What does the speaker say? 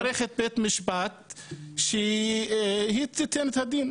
יש מערכת בית משפט שהיא תיתן את הדין.